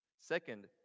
Second